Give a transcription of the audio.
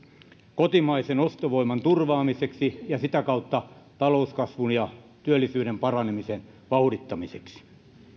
kotimaisen ostovoiman turvaamiseksi ja sitä kautta talouskasvun ja työllisyyden paranemisen vauhdittamiseksi